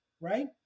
right